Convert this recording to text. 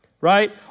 right